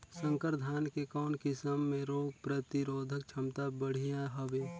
संकर धान के कौन किसम मे रोग प्रतिरोधक क्षमता बढ़िया हवे?